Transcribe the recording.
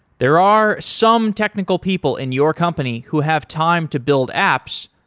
there are some technical people in your company who have time to build apps,